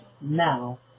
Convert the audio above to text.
now